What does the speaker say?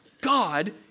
God